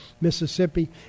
Mississippi